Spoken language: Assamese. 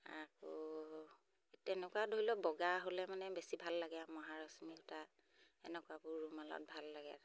আকৌ তেনেকুৱা ধৰি লওক বগা হ'লে মানে বেছি ভাল লাগে আৰু মহা ৰশ্মি সূতা এনেকুৱা ৰুম অলপ ভাল লাগে আৰু